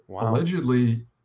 allegedly